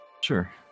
Sure